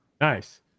Nice